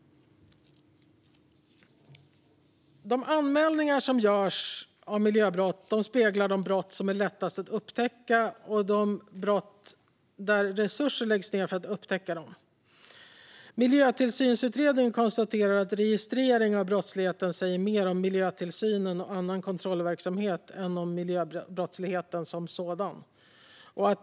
De anmälningar om miljöbrott som görs speglar de brott som är lättast att upptäcka och de brott som man lägger ned resurser på att upptäcka. Miljötillsynsutredningen konstaterar att registreringen av brottsligheten säger mer om miljötillsyn och annan kontrollverksamhet än om miljöbrottsligheten som sådan.